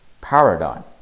paradigm